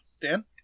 Dan